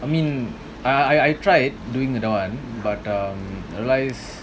I mean I I I tried doing the but um realise